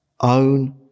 Own